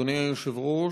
אדוני היושב-ראש,